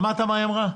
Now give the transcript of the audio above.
שמעת מה היא אמרה?